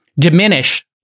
diminish